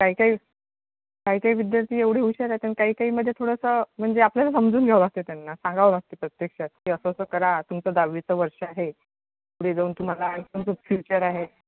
काही काही काही काही विद्यार्थी एवढे हुशार अता आणि काही काहीमध्ये थोडंसं म्हणजे आपल्याला समजून घ्यावं लागतं त्यांना सांगावं लागतं प्रत्यक्षात की असं असं करा तुमचं दहावीचं वर्ष आहे पुढे जाऊन तुम्हाला फ्युचर आहे